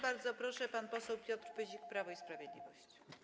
Bardzo proszę, pan poseł Piotr Pyzik, Prawo i Sprawiedliwość.